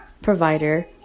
provider